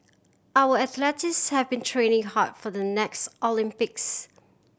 our athletes have been training hard for the next Olympics